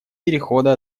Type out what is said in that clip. перехода